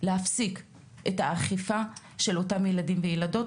את האכיפה של אותם ילדים וילדות,